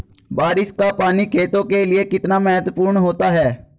बारिश का पानी खेतों के लिये कितना महत्वपूर्ण होता है?